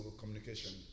communication